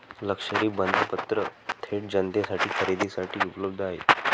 लष्करी बंधपत्र थेट जनतेसाठी खरेदीसाठी उपलब्ध आहेत